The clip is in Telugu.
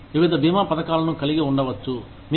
మీరు వివిధ భీమా పథకాలను కలిగి ఉండవచ్చు